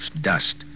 dust